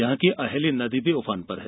यहां की अहेली नदी भी उफान पर है